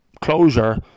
closure